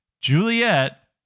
Juliet